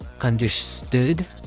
Understood